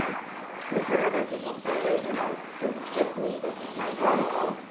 we've heard other people say, you know, this is just me, this is my normal.